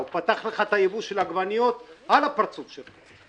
הוא פתח לך את הייבוא של עגבניות על הפרוץ שלך.